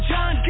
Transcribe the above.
John